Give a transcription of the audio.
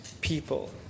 people